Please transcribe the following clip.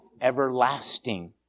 everlasting